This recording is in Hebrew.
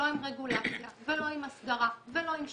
לא עם רגולציה ולא עם הסדרה ולא עם שקיפות,